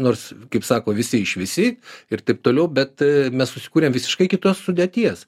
nors kaip sako visi iš visi ir taip toliau bet mes susikūrėm visiškai kitos sudėties